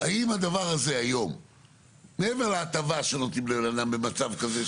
האם הדבר הזה היום מעבר להטבה שנותנים לבן אדם במצב כזה,